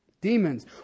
Demons